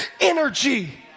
energy